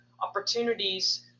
opportunities